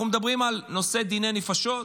אנחנו מדברים על נושא דיני נפשות,